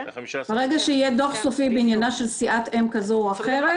ברגע שיהיה דוח סופי בעניינה של סיעת אם כזו או אחרת,